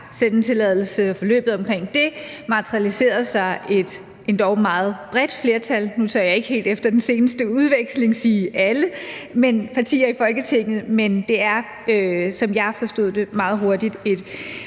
dab-sendetilladelse og forløbet omkring den materialiserede sig et endog meget bredt flertal. Nu tør jeg ikke helt efter den seneste udveksling sige, at det var alle partier i Folketinget, men der var meget hurtigt,